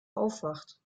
aufwacht